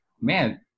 man